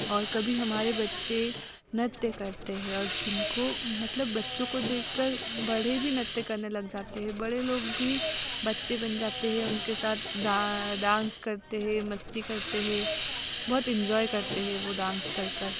और कभी हमारे बच्चे नृत्य करते हैं और जिनको मतलब बच्चों को देख कर बड़े भी नृत्य करने लग जाते हैं बड़े लोग भी बच्चे बन जाते हैं उनके साथ डांस करते हैं मस्ती करते हैं बहुत इन्जॉय करते हैं वह डांस कर कर